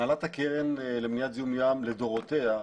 הנהלת הקרן למניעת זיהום ים לדורותיה,